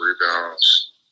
rebounds